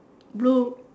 blue